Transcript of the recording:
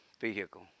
vehicle